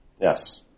Yes